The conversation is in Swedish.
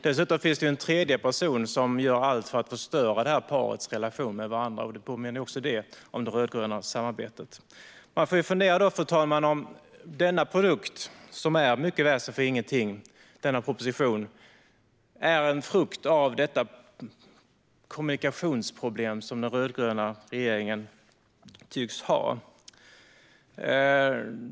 Dessutom finns en tredje person som gör allt för att förstöra parets relation med varandra. Också det påminner om det rödgröna samarbetet. Vi kan fundera över om denna produkt, propositionen, som är mycket väsen för ingenting, är en frukt av detta kommunikationsproblem som den rödgröna regeringen tycks ha.